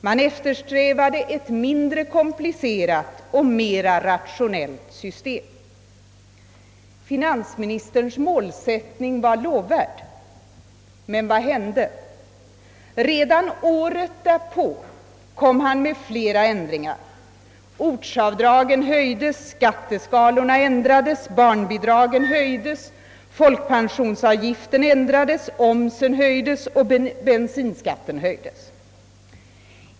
Man eftersträvade ett mindre komplicerat och mera rationellt system. Finansministerns målsättning var lovvärd, men vad hände? Redan året därpå föreslog han flera ändringar: ortsavdragen höjdes, skatteskalorna ändrades, barnbidragen höjdes, folkpensionsavgiften ändrades, omsen höjdes och bensinskatten höjdes.